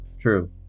True